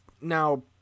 Now